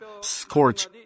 scorch